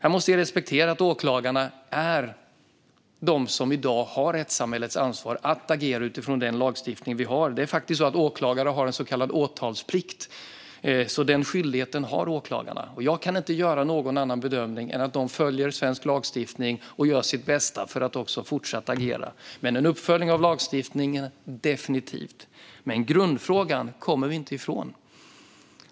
Vi måste respektera att åklagarna är de som i dag har rättssamhällets ansvar att agera utifrån den lagstiftning vi har. Åklagare har faktiskt så kallad åtalsplikt. Den skyldigheten har åklagarna, och jag kan inte göra någon annan bedömning än att de följer svensk lagstiftning och gör sitt bästa för att fortsätta agera. Men en uppföljning av lagstiftningen ska vi definitivt göra. Grundfrågan kommer vi inte ifrån.